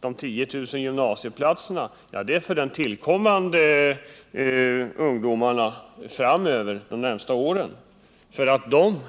De 10000 gymnasieplatserna är till för att nytillkommande arbetslösa ungdomar under de närmaste åren